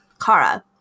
Kara